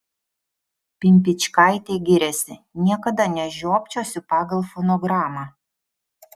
pimpičkaitė giriasi niekada nežiopčiosiu pagal fonogramą